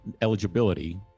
eligibility